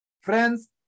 friends